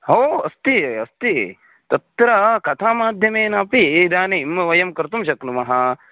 हो अस्ति अस्ति तत्र कथामाध्यमेन अपि इदानीं वयं कर्तुं शक्नुमः